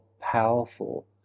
powerful